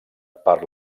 per